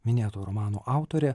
minėto romano autorė